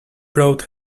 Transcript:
brought